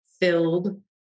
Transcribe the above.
filled